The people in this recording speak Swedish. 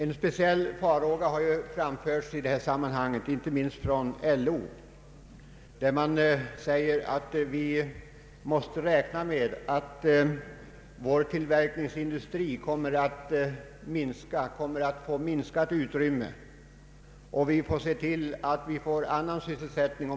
En speciell farhåga har framförts i detta sammanhang, bl.a. från LO, som säger att vi måste räkna med att vår tillverkningsindustri kommer att minska sin andel av arbetsmarknaden och att vi bör se till att vi får annan sysselsättning.